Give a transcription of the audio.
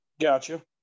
Gotcha